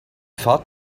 fahrt